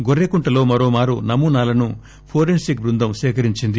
గొర్రెకుంటలో మరోమారు నమూనాలను ఫోరెన్సిక్ బృందం సేకరించింది